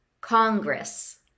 Congress